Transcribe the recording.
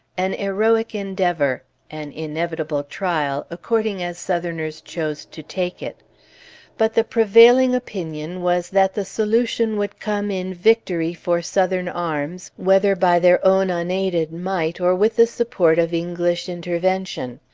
an heroic endeavor, an inevitable trial, according as southerners chose to take it but the prevailing opinion was that the solution would come in victory for southern arms, whether by their own unaided might or with the support of english intervention.